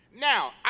Now